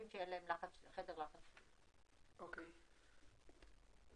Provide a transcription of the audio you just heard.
1 בדצמבר 2020. היום על סדר היום הצעת תקנות מחקרים